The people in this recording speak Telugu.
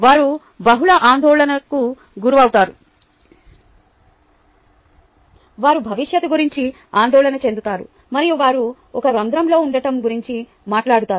వారు బహుళ ఆందోళనలకు గురవుతారు వారు భవిష్యత్తు గురించి ఆందోళన చెందుతారు మరియు వారు ఒక రంధ్రంలో ఉండటం గురించి మాట్లాడుతారు